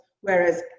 whereas